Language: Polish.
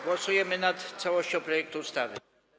Głosujemy nad całością projektu ustawy.